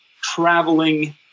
traveling